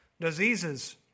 diseases